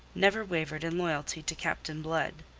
never wavered in loyalty to captain blood.